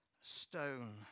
stone